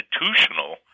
institutional